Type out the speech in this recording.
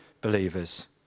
believers